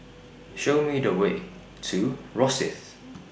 Show Me The Way to Rosyth